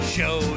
Show